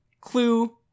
Clue